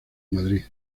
madrid